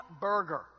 Burger